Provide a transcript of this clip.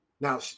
Now